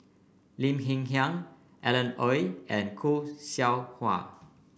Lim Hng Kiang Alan Oei and Khoo Seow Hwa